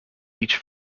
each